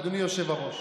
אדוני היושב-ראש.